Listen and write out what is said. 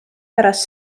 pärast